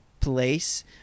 place